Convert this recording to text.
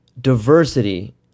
diversity